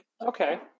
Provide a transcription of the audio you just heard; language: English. Okay